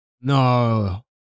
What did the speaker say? No